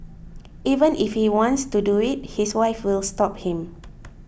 even if he wants to do it his wife will stop him